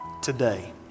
today